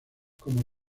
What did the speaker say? como